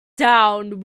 down